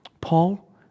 Paul